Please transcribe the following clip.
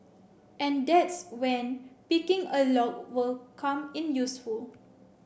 and that's when picking a lock will come in useful